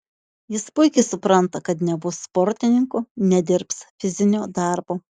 jis puikiai supranta kad nebus sportininku nedirbs fizinio darbo